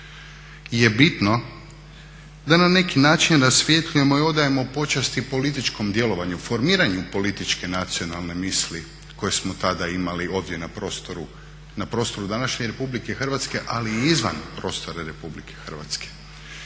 je bitno da na neki način rasvjetljujemo i odajemo počast i političkom djelovanju, formiranju političke nacionalne misli koje smo tada imali ovdje na prostoru današnje Republike Hrvatske, ali i izvan prostora Republike Hrvatske.